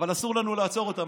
אבל אסור לנו לעצור אותם.